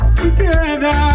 together